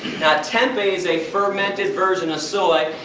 now, tempeh is a fermented version of soy,